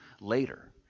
later